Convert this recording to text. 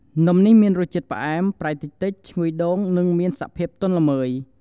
នំនេះមានរសជាតិផ្អែម ប្រៃតិចៗ ឈ្ងុយដូង និងមានសភាពទន់ល្មើយ។